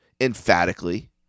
emphatically